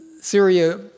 Syria